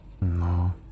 No